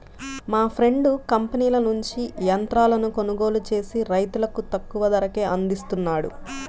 మా ఫ్రెండు కంపెనీల నుంచి యంత్రాలను కొనుగోలు చేసి రైతులకు తక్కువ ధరకే అందిస్తున్నాడు